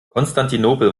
konstantinopel